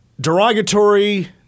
Derogatory